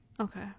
okay